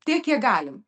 tiek kiek galim